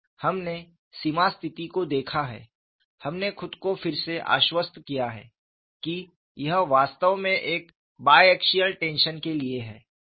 हमने सीमा की स्थिति को देखा है हमने खुद को फिर से आश्वस्त किया है कि यह वास्तव में एक बाय एक्सियल टेंशन के लिए है